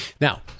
Now